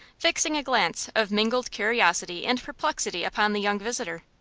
fixing a glance of mingled curiosity and perplexity upon the young visitor.